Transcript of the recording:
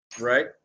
right